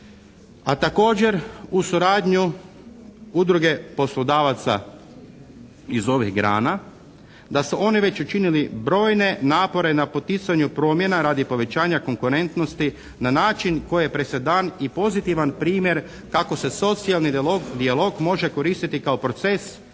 a također uz suradnju udruge poslodavaca iz ovih grana da su oni već učinili brojne napore na poticanju promjena radi povećanja konkurentnosti na način koji je presedan i pozitivan primjer kako se socijalni dijalog može koristiti kao proces kreiranja